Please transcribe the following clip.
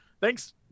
Thanks